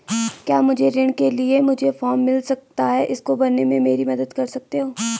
क्या मुझे ऋण के लिए मुझे फार्म मिल सकता है इसको भरने में मेरी मदद कर सकते हो?